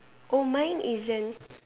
oh mine isn't